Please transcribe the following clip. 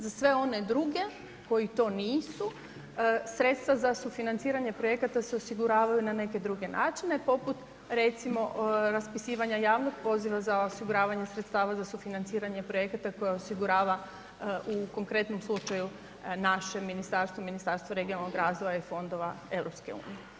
Za sve one drugi koji to nisu sredstva za sufinanciranje projekata se osiguravaju na neke druge načine poput recimo raspisivanja javnog poziva za osiguranje sredstava za sufinanciranje projekata koje osigurava u konkretnom slučaju naše ministarstvo, Ministarstvo regionalnoga razvoja i fondova EU.